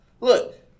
Look